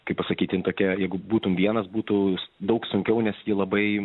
kaip pasakyti tokia jeigu būtumei vienas būtų daug sunkiau nes ji labai